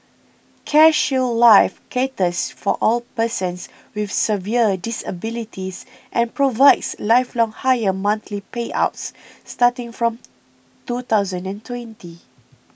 CareShield Life caters for all persons with severe disabilities and provides lifelong higher monthly payouts starting from two thousand and twenty